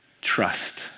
trust